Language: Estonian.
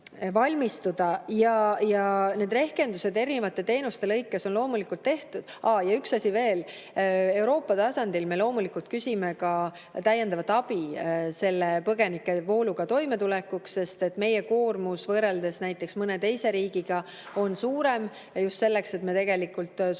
Rehkendused erinevate teenuste lõikes on loomulikult tehtud. Üks asi veel. Euroopa tasandil me loomulikult küsime ka täiendavat abi põgenikevooluga toimetulekuks. Meie koormus võrreldes näiteks mõne teise riigiga on suurem ja just selleks, et me suudaksime